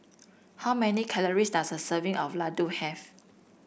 how many calories does a serving of laddu have